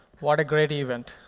what a great event.